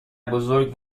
بزرگ